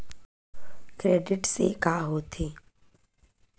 Credit से का होथे?